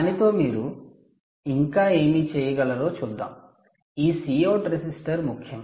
దానితో మీరు ఇంకా ఏమి చేయగలరో చూద్దాం ఈ Cout రెసిస్టర్ ముఖ్యం